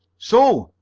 so!